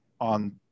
on